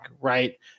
right